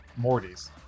Mortys